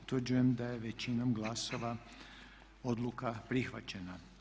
Utvrđujem da je većinom glasova odluka prihvaćena.